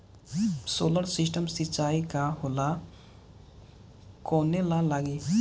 Solar system सिचाई का होला कवने ला लागी?